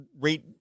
rate